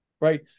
Right